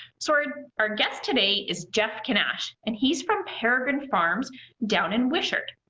sort of our guest today is jeff kinash, and he's from peregrine farms down and wishart.